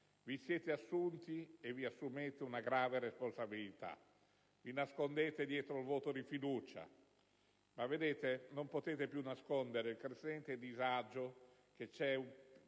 Vi siete assunti e vi assumete una grave responsabilità. Vi nascondete dietro il voto di fiducia, ma non potete più nascondere il crescente disagio che c'è